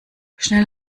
schnell